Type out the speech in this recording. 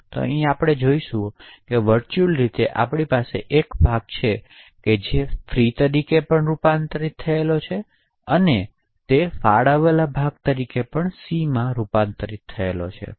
તો તેથી અહીં આપણી પાસે જે છે તે છે કે વર્ચ્યુઅલ રીતે આપણી પાસે એક ભાગ છે જે ફ્રી તરીકે રુપરેખાંકિત છે અને તે જ ભાગ પેટમલોક દ્વારા સી ને ફાળવવામાં આવ્યો છે